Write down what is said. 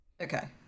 Okay